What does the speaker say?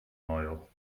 moel